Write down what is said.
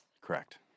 Correct